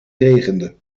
regende